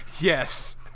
yes